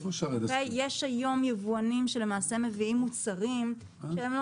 יש היום יבואנים שלמעשה מביאים מוצרים שהם לא